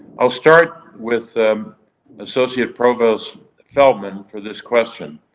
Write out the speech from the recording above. i'll start with associate provost feldman for this question.